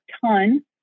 ton